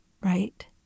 right